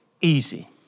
easy